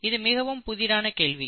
இது மிகவும் புதிரான கேள்வி